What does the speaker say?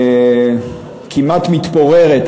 כמעט מתפוררת,